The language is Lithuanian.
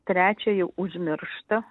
trečią jau užmiršta